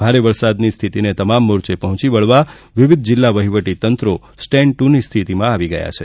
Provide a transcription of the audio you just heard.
ભારે વરસાદની સ્થિતિને તમામ મોરચે પહોંચી વળવા વિવિધ જિલ્લા વહીવટી તંત્રો સ્ટેન્ડ ટ્ર ની સ્થિતિમાં આવી ગયા છે